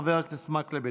חבר הכנסת מקלב,